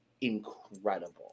incredible